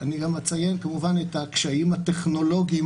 אני גם אציין כמובן את הקשיים הטכנולוגיים